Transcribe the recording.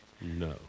No